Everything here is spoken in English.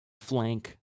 flank